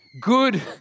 Good